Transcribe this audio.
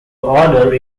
order